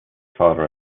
father